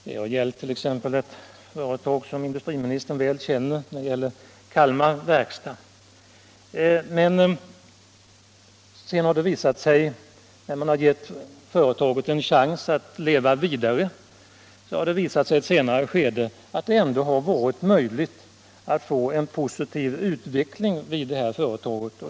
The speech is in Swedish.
Det har t.ex. gällt ett företag som industriministern känner väl till — jag syftar på Kalmar Verkstad. Men när man gett företaget en chans att leva vidare har det senare visat sig att det ändå har varit möjligt att få en positiv utveckling vid företaget.